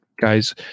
guys